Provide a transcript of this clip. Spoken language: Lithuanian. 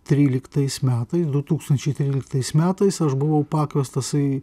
tryliktais metais du tūkstančiai tryliktais metais aš buvau pakviestas į